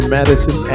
Madison